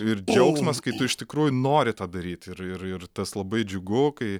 ir džiaugsmas kai tu iš tikrųjų nori tą daryt ir ir tas labai džiugu kai